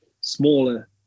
smaller